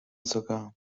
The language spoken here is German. sogar